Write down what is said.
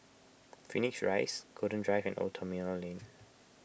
Phoenix Rise Golden Drive and Old Terminal Lane